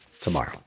tomorrow